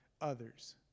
others